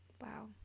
Wow